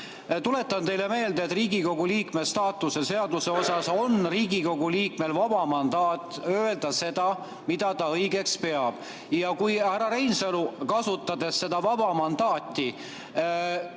Tuletan teile meelde, et Riigikogu liikme staatuse seaduse järgi on Riigikogu liikmel vaba mandaat öelda seda, mida ta õigeks peab. Ja kui härra Reinsalu, kasutades oma vaba mandaati,